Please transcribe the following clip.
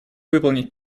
выполнить